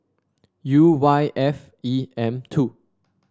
U Y F E M two